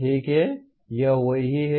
ठीक है यह वही है